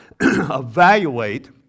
evaluate